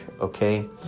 Okay